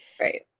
Right